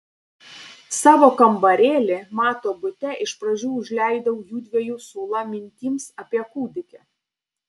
savo kambarėlį mato bute iš pradžių užleidau jųdviejų su ūla mintims apie kūdikį